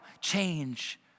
change